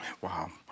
Wow